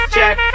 Check